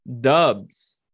Dubs